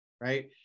right